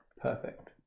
Perfect